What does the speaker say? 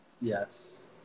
yes